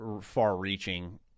far-reaching